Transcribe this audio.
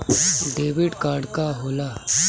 Debit card का होला?